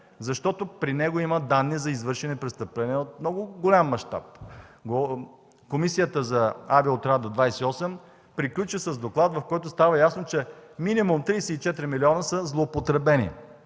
защото при него има данни за извършени престъпления от много голям мащаб. Комисията за Авиоотряд 28 приключи с доклад, в който става ясно, че минимум 34 милиона са злоупотребени.